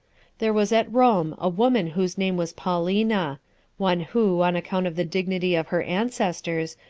there was at rome a woman whose name was paulina one who, on account of the dignity of her ancestors,